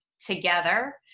together